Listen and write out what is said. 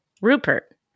Rupert